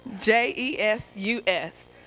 J-E-S-U-S